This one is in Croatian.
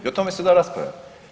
I o tome se da raspravljati.